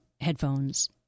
headphones